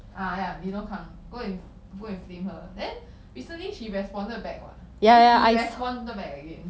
ah ya Dino Kang go and go and flame her then recently she responded back [what] then he responded back again